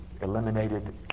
eliminated